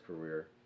career